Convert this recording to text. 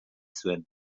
zuen